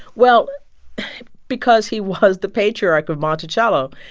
well because he was the patriarch of monticello.